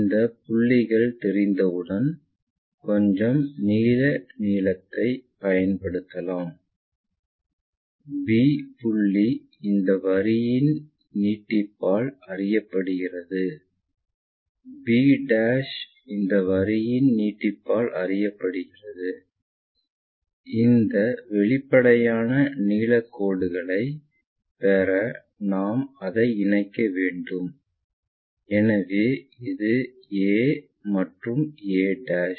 இந்த புள்ளிகள் தெரிந்தவுடன் கொஞ்சம் நீல நிறத்தைப் பயன்படுத்தலாம் b புள்ளி இந்த வரியின் நீட்டிப்பால் அறியப்படுகிறது b இந்த வரியின் நீட்டிப்பால் அறியப்படுகிறது இந்த வெளிப்படையான நீலக் கோடுகளை பெற நாம் அதை இணைக்க வேண்டும் எனவே இது a மற்றும் இது a